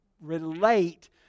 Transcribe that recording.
relate